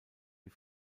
wie